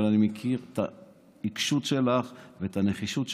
אבל אני מכיר את העיקשות שלך ואת הנחישות שלך,